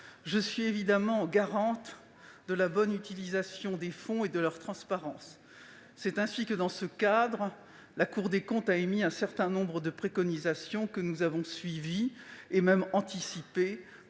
Je suis bien évidemment garante de la bonne utilisation des fonds et de leur transparence. Dans ce cadre, la Cour des comptes a émis un certain nombre de préconisations que nous avons suivies, et même anticipées,